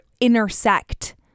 intersect